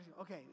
Okay